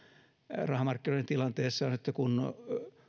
rahamarkkinoiden tilanteessa on se että kun